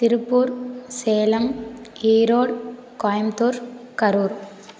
Tiruppur Salem Erode Coimbatore Karur